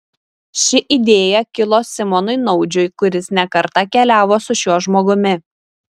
ši idėja kilo simonui naudžiui kuris ne kartą keliavo su šiuo žmogumi